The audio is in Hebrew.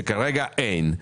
שכרגע אין,